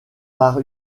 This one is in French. par